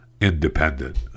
independent